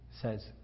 says